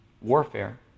warfare